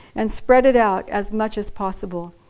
and spread it out as much as possible.